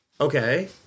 okay